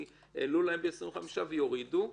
כי העלו להם ב-25% ויורידו ב-25%,